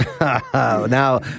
Now